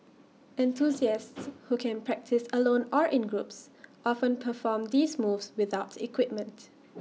enthusiasts who can practise alone or in groups often perform these moves without equipment